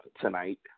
tonight